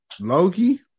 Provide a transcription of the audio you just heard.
Loki